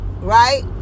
right